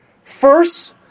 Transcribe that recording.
First